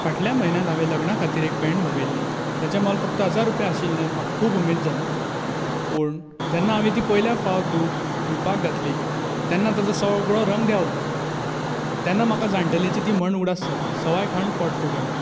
फाटल्या म्हयन्यात हांवें लग्ना खातीर एक पैन्ट मागयल्ली ताचे मोल फक्त हजार रुपया आशिल्ल्यान आनी म्हाका खूब उमेद जाल्ली पूण जेन्ना हांवें ती पयल्या फावत धू धुवपाक घातली तेन्ना तेजो सगळो रंग देंवलो तेन्ना म्हाका जाणटेल्याची ती म्हण उगडास जाली सवाय खाण पोटफुगे म्हूण